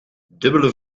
dubbele